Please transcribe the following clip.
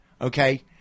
okay